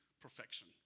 perfection